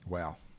Wow